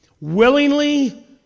Willingly